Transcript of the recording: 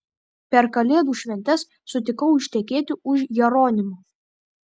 per kalėdų šventes sutikau ištekėti už jeronimo